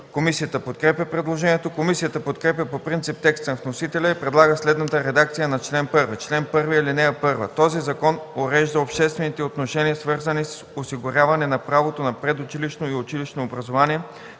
Комисията подкрепя предложението. Комисията подкрепя по принцип текста на вносителя и предлага следната редакция на чл. 1: „Чл. 1. (1) Този закон урежда обществените отношения, свързани с осигуряване на правото на предучилищно и училищно образование,